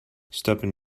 stopping